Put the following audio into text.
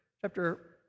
chapter